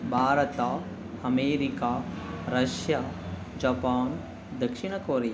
Bharat America Russia Japan ದಕ್ಷಿಣ ಕೊರಿ